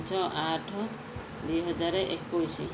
ପାଞ୍ଚ ଆଠ ଦୁଇହଜାର ଏକୋଇଶ